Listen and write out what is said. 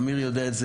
אמיר יודע את זה,